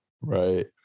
Right